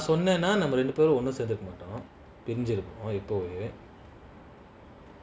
சொன்னேனாநாமரெண்டுபெரும்ஒன்னுசெர்ந்துருக்கமாட்டோம்பிரிஞ்சிருப்போம்எப்போது:sonnena nama renduperum onnu sernthurukamatom pirinjirupom epothu